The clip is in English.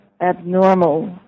abnormal